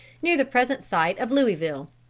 near the present site of louisville.